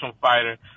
fighter